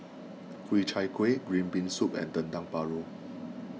Ku Chai Kuih Green Bean Soup and Dendeng Paru